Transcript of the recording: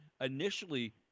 initially